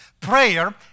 Prayer